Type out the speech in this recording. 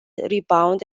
rebound